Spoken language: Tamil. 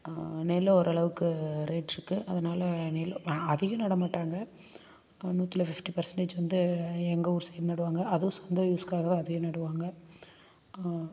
நெல்லு ஓரளவுக்கு ரேட் இருக்குது அதனால் நெல்லு அதிகம் நடமாட்டாங்க நூற்றுல ஃபிஃப்ட்டி பெர்செண்டேஜ் வந்து எங்கள் ஊர் சைட் நடுவாங்க அதுவும் சொந்த யூஸ்க்காக தான் அதையும் நடுவாங்க